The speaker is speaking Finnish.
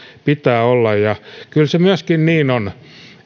pitää olla kyllä se myöskin niin on